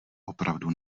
opravdu